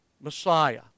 Messiah